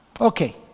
Okay